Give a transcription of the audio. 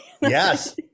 Yes